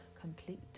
complete